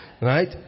Right